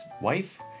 wife